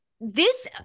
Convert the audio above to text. this-